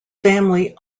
family